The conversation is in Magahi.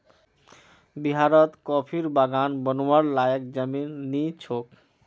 बिहारत कॉफीर बागान बनव्वार लयैक जमीन नइ छोक